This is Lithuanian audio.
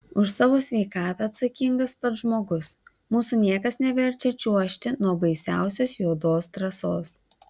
už savo sveikatą atsakingas pats žmogus mūsų niekas neverčia čiuožti nuo baisiausios juodos trasos